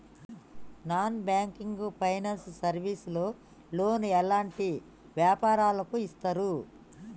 Non banking finance service లో loan ఎలాంటి వ్యాపారులకు ఇస్తరు?